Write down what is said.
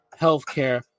healthcare